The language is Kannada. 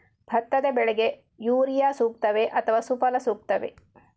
ಭತ್ತದ ಬೆಳೆಗೆ ಯೂರಿಯಾ ಸೂಕ್ತವೇ ಅಥವಾ ಸುಫಲ ಸೂಕ್ತವೇ?